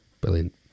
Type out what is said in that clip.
brilliant